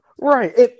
Right